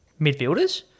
midfielders